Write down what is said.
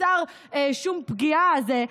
החסר שום פגיעה הזה,